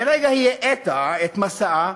לרגע היא האטה את מסעה,